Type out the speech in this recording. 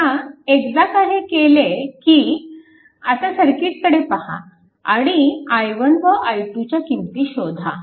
आता एकदा का हे केले की आता सर्किटकडे पहा आणि i1 व i2 च्या किंमती शोधा